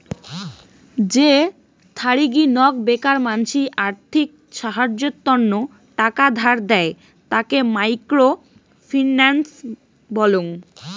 যে থারিগী নক বেকার মানসি আর্থিক সাহায্যের তন্ন টাকা ধার দেয়, তাকে মাইক্রো ফিন্যান্স বলং